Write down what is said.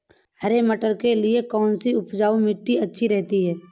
हरे मटर के लिए कौन सी उपजाऊ मिट्टी अच्छी रहती है?